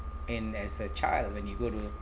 in as a child when you go to